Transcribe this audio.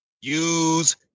use